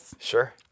Sure